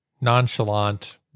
nonchalant